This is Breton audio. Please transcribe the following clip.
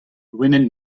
loened